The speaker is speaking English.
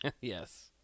yes